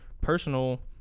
personal